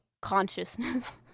consciousness